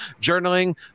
journaling